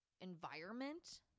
environment